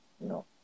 no